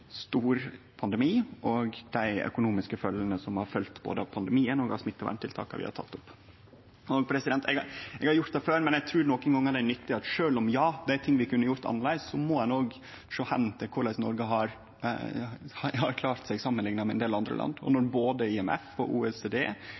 stor pandemi og dei økonomiske følgjene som har blitt på grunn av både pandemien og smitteverntiltaka vi har teke opp. Eg har sagt det før, men eg trur nokre gonger det er nyttig at sjølv om det er ting vi kunne gjort annleis, så må ein òg sjå hen til korleis Noreg har klart seg samanlikna med ein del andre land. Når både IMF og